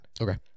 okay